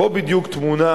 פה בדיוק טמונה